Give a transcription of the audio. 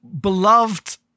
beloved